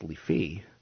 fee